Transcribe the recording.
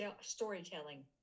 storytelling